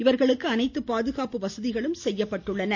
இவர்களுக்கு அனைத்து பாதுகாப்பு வசதிகளும் செய்யப்பட்டுள்ளன